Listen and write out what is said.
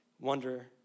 wonder